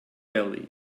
belly